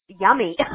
yummy